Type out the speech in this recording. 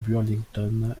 burlington